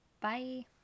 Bye